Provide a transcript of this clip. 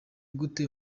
gute